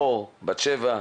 מור, בת-שבע,